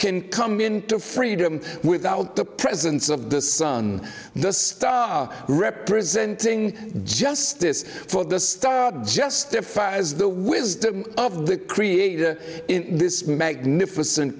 can come into freedom without the presence of the sun the star representing justice for the star just defies the wisdom of the creator in this magnificent